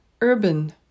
Urban